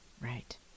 Right